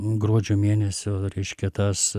gruodžio mėnesio reiškia tas